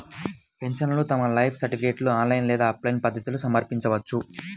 పెన్షనర్లు తమ లైఫ్ సర్టిఫికేట్ను ఆన్లైన్ లేదా ఆఫ్లైన్ పద్ధతుల్లో సమర్పించవచ్చు